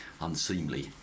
unseemly